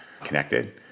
connected